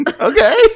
okay